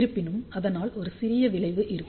இருப்பினும் அதனால் ஒரு சிறிய விளைவு இருக்கும்